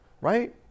right